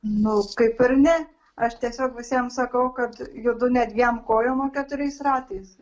nu kaip ir ne aš tiesiog visiems sakau kad judu ne dviem kojom o keturiais ratais